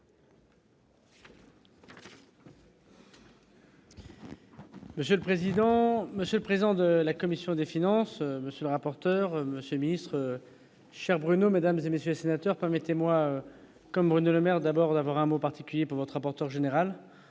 Monsieur le président, Monsieur le président de la commission des finances, monsieur le rapporteur, monsieur le ministre, cher Bruno, mesdames et messieurs, sénateur, permettez-moi, comme Bruno Le Maire d'abord d'avoir un mot particulier pour votre rapporteur général